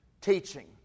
teaching